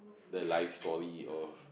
the life story of